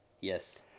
Yes